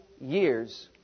years